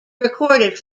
recorded